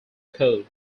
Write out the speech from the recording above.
code